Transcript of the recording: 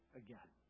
again